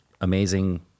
amazing